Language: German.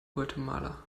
guatemala